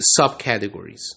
subcategories